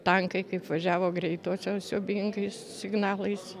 tankai kaip važiavo greitosios siaubingais signalais